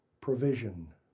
provision